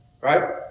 right